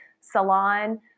salon